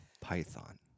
Python